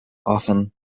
often